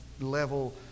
level